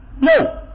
No